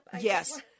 Yes